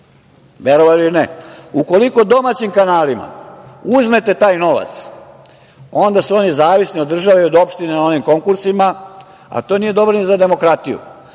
verovali ili ne. Ukoliko domaćim kanalima uzmete taj novac, onda su oni zavisni od države i od opštine na onim konkursima, a to nije dobro ni za demokratiju,